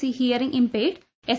C hearing impaired S